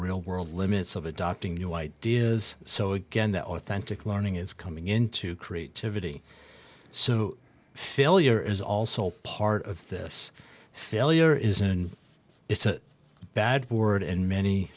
real world limits of adopting new ideas so again that authentic learning is coming into creativity so failure is also part of this failure isn't it's a bad word in many